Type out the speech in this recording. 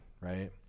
right